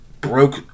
broke